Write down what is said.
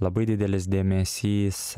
labai didelis dėmesys